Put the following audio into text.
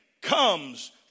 comes